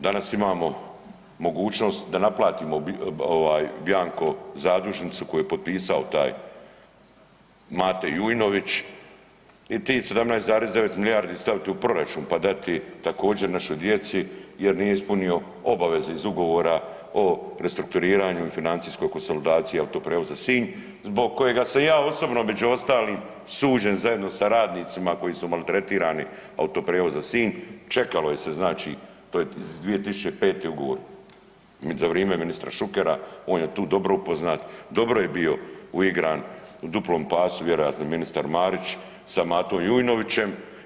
Danas imamo mogućnost da naplatimo bjanko zadužnicu koju je potpisao taj Mate Jujnović i tih 17,9 milijardi staviti u proračun pa dati također našoj djeci jer nije ispunio obaveze iz ugovora o restrukturiranju i financijskoj konsolidaciji Autoprijevoza Sinj zbog kojega se ja osobno među ostalim suđen zajedno sa radnicima koji su maltretirani Autoprijevoza Sinj, čekalo je se znači to je 2005. ugovor za vrijeme ministra Šukera, on je tu dobro upoznat, dobro je bio uigran u duplom pasu vjerojatno ministar Marić sa Matom Jujnovićem.